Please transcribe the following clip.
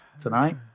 Tonight